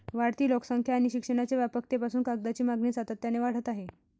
वाढती लोकसंख्या आणि शिक्षणाच्या व्यापकतेपासून कागदाची मागणी सातत्याने वाढत आहे